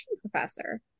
professor